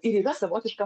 ir yra savotiška